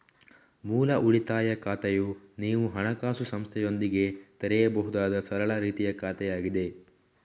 ಮೂಲ ಉಳಿತಾಯ ಖಾತೆಯು ನೀವು ಹಣಕಾಸು ಸಂಸ್ಥೆಯೊಂದಿಗೆ ತೆರೆಯಬಹುದಾದ ಸರಳ ರೀತಿಯ ಖಾತೆಯಾಗಿದೆ